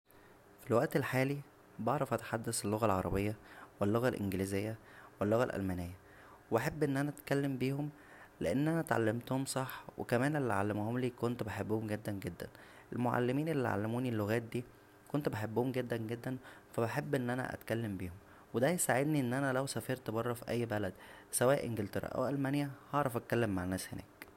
فى الوقت الحالى بعرف اتحدث اللغة العربيه و اللغه الانجليزيه و اللغة الالمانيه و احب ان انا اتكلم بيهم لان انا اتعلمتهم صح و كمان اللى علمهوملى كنت بحبهم جدا جدا المعلمين اللى علمونى اللغات دى كنت بحبهم جدا جدا فا بحب ان انا اتكلم بيهم و دا هيساعدنى ان انا لو سافرت برا فى اى بلد سواء انجلترا او المانيا هعرف اتكلم مع الناس هناك